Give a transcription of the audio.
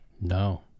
No